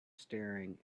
staring